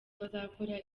bazakora